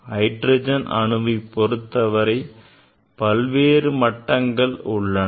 hydrogen அணுவைப் பொருத்த வரை பல்வேறு மட்டங்கள் உள்ளன